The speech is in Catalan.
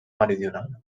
meridional